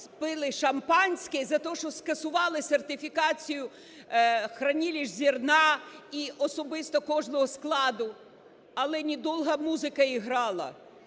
пили шампанське за те, що скасували сертифікацію хранилищ зерна і особисто кожного складу. Але "не долго музыка играла".